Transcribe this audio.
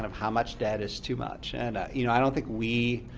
how much debt is too much? and you know i don't think we